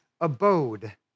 abode